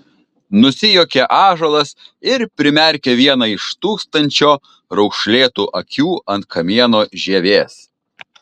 nusijuokė ąžuolas ir primerkė vieną iš tūkstančio raukšlėtų akių ant kamieno žievės